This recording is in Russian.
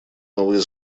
новые